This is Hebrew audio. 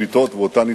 שעמדתי כאן לאחרונה,